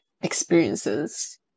experiences